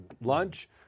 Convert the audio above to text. lunch